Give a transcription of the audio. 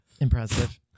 impressive